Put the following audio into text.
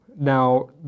Now